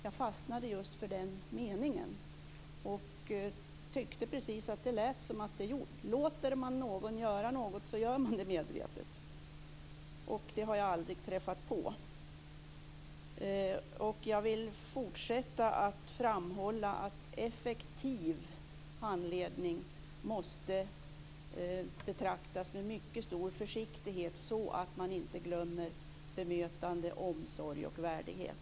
Jag fastnade för de orden. Låter man någon göra något är det en medveten handling, men något sådant har jag aldrig träffat på. Jag vill fortsätta att framhålla att effektiv handledning måste betraktas med mycket stor försiktighet, så att man inte glömmer bemötande, omsorg och värdighet.